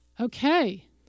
Okay